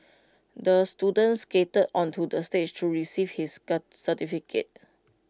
the student skated onto the stage to receive his certificate